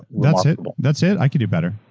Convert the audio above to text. that's it? that's it? i could do better.